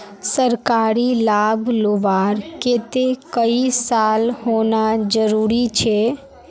सरकारी लाभ लुबार केते कई साल होना जरूरी छे?